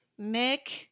Mick